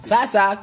Sasa